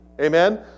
Amen